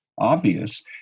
obvious